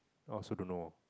I also don't know